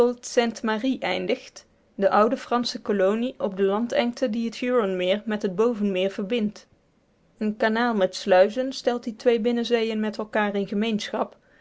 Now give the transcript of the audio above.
sainte marie eindigt de oude fransche kolonie op de landengte die het huronmeer met het bovenmeer verbindt een kanaal met sluizen stelt die twee binnenzeeën met elkaar in gemeenschap